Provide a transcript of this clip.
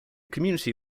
community